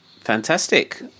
fantastic